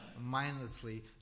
mindlessly